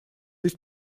есть